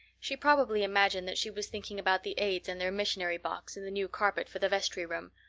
she probably imagined that she was thinking about the aids and their missionary box and the new carpet for the vestry room,